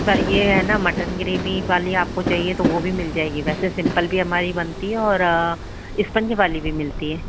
sir ये है ना मटन ग्रेवी वाली आपको चाहिए तो वो भी मिल जाएगी वैसे सिम्पल भी हमारी बनती है और स्पंज वाली भी मिलती है